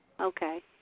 Okay